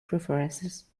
preferences